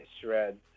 shreds